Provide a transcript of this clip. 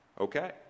okay